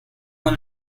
one